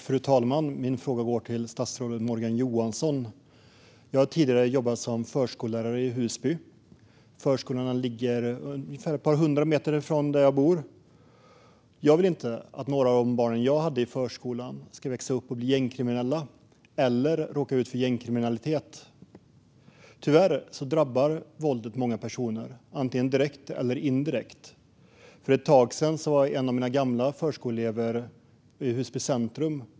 Fru talman! Min fråga går till statsrådet Morgan Johansson. Jag har tidigare jobbat som förskollärare i Husby. Förskolan ligger ett par hundra meter från där jag bor. Jag vill inte att några av barnen jag hade i förskolan ska växa upp och bli gängkriminella eller råka ut för gängkriminalitet. Tyvärr drabbar våldet många personer, antingen direkt eller indirekt. För ett tag sedan var en av mina gamla förskoleelever i Husby centrum.